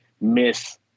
miss